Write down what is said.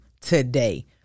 today